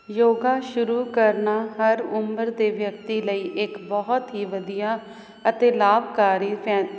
ਯੋਗਾ ਸ਼ੁਰੂ ਕਰਨਾ ਹਰ ਉਮਰ ਦੇ ਵਿਅਕਤੀ ਲਈ ਇੱਕ ਬਹੁਤ ਹੀ ਵਧੀਆ ਅਤੇ ਲਾਭਕਾਰੀ ਫੈ